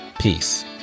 Peace